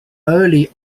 early